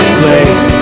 place